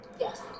Yes